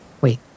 Wait